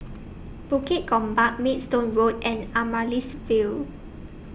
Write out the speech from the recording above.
Bukit Gombak Maidstone Road and Amaryllis Ville